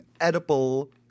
edible